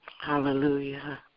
Hallelujah